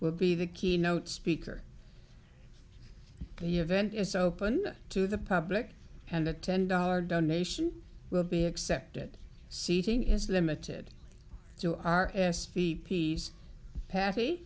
will be the keynote speaker at the event it's open to the public and a ten dollar donation will be accepted seating is limited to r s v p s patt